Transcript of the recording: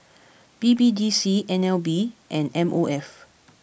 B B D C N L B and M O F